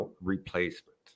replacement